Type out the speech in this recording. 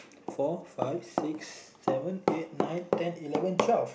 four five six seven eight nine ten eleven twelve